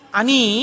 ani